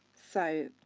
so